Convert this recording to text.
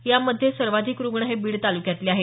यामध्ये सर्वाधिक रुग्ण हे बीड तालुक्यातील आहेत